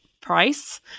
price